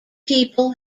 people